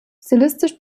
stilistisch